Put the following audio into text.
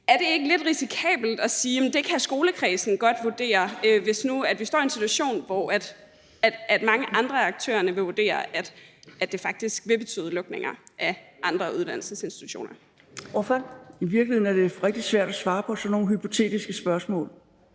Er det ikke lidt risikabelt at sige, at det kan skolekredsen godt vurdere, hvis nu vi står i en situation, hvor mange andre af aktørerne vurderer, at det faktisk vil betyde lukninger af andre uddannelsesinstitutioner? Kl. 15:28 Første næstformand (Karen Ellemann): Ordføreren.